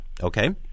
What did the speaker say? Okay